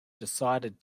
decided